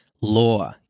law